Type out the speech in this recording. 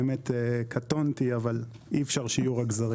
אני באמת קטונתי אבל אי אפשר שיהיו רק גזרים.